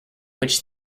which